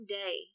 day